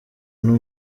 n’u